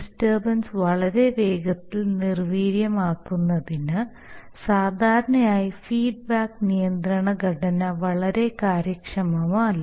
disturbance വളരെ വേഗത്തിൽ നിർവീര്യമാക്കുന്നതിന് സാധാരണയായി ഫീഡ്ബാക്ക് നിയന്ത്രണ ഘടന വളരെ കാര്യക്ഷമമല്ല